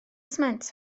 sment